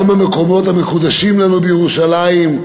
גם המקומות המקודשים לנו בירושלים,